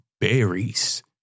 berries